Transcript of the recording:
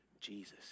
Jesus